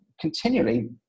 continually